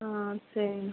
ஆ சரிண்ணா